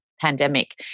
pandemic